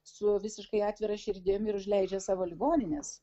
su visiškai atvira širdim ir užleidžia savo ligonines